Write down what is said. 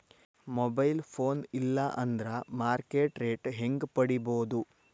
Mobile phone ಇಲ್ಲಾ ಅಂದ್ರ market rate ಹೆಂಗ್ ಪಡಿಬೋದು?